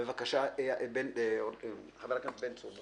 בבקשה, חבר הכנסת בן צור.